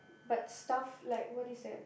but stuff is like what is that